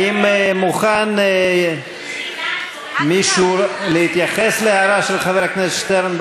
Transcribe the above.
האם מוכן מישהו להתייחס להערה של חבר הכנסת שטרן?